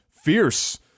fierce